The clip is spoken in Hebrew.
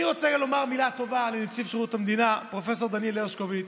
אני גם רוצה לומר מילה טובה לנציב שירות המדינה פרופ' דניאל הרשקוביץ.